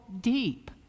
deep